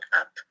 up